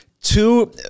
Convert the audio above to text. Two